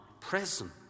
present